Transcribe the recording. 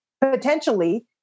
potentially